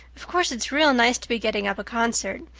of course it's real nice to be getting up a concert.